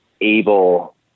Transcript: able